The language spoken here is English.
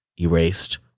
erased